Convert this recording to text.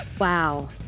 Wow